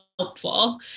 helpful